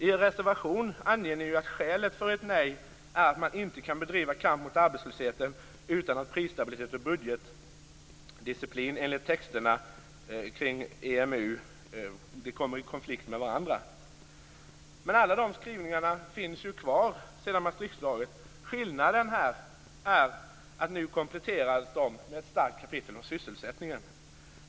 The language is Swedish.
I er reservation anger ni att skälet för ert nej är att man inte kan bedriva kamp mot arbetslösheten utan att hota prisstabilitet och budgetdisciplin enligt texterna kring EMU. Men alla de skrivningarna finns ju kvar sedan Maastrichtfördraget. Skillnaden är att de nu kompletteras med ett starkt kapitel om sysselsättningen.